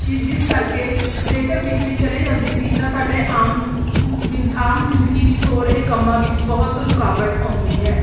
ਇ ਜਿਸ ਕਰਕੇ ਜੇਕਰ ਬਿਜਲੀ ਚਲੇ ਜਾਂਦੀ ਸੀ ਤਾਂ ਸਾਡੇ ਆਮ ਜ਼ਿੰ ਆਮ ਜ਼ਿੰਦਗੀ ਵਿੱਚ ਹੋ ਰਹੇ ਕੰਮਾਂ ਵਿੱਚ ਬਹੁਤ ਰੁਕਾਵਟ ਆਉਂਦੀ ਹੈ